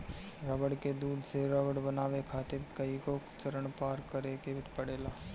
रबड़ के दूध से रबड़ बनावे खातिर कईगो चरण पार करे के पड़ेला